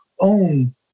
own